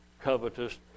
covetous